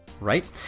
right